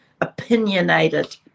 opinionated